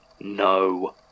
no